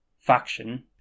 faction